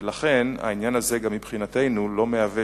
ולכן העניין הזה גם מבחינתנו לא מהווה